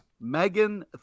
Megan